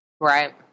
Right